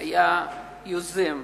היה היוזם,